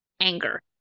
anger